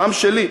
לעם שלי,